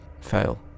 Fail